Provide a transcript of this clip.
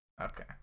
Okay